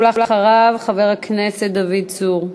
ואחריו, חבר הכנסת דוד צור.